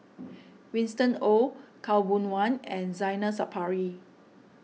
Winston Oh Khaw Boon Wan and Zainal Sapari